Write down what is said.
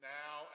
now